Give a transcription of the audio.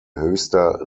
höchster